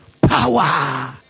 Power